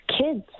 kids